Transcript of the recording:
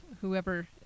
whoever